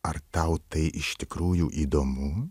ar tau tai iš tikrųjų įdomu